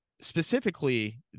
Specifically